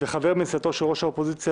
וחבר מסיעתו של ראש האופוזיציה,